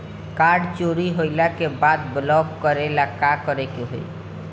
Card चोरी होइला के बाद ब्लॉक करेला का करे के होई?